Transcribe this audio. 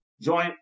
join